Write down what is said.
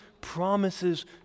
promises